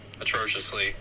atrociously